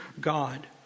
God